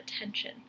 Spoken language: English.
attention